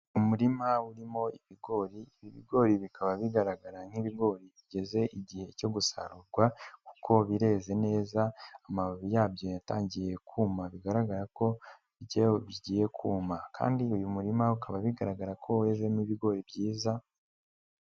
Umurima urimo ibigori ibi bigori bikaba bigaragara nk'ibigori bigeze igihe cyo gusarurwa kuko bireze neza amababi yabyo yatangiye kuma bigaragara ko ibyo bigiye kuma, kandi uyu murima ukaba bigaragara ko wezemo ibigori byiza.